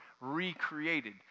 recreated